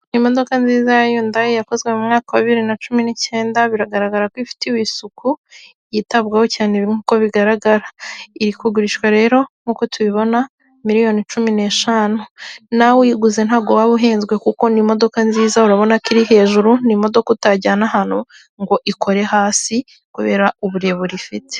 Imodoka nziza ya yundayi yakozwe mu mwaka wa bibiri na cumi n'icyenda, biragaragara ko ifite isuku yitabwaho cyane nk'uko bigaragara. Iri kugurishwa rero nkuko tubibona miliyoni cumi n'eshanu. Nawe uyiguze ntabwo waba uhenzwe kuko ni imodoka nziza urabona ko iri hejuru, ni imodoka utajyana ahantu ngo ikore hasi kubera uburebure ifite.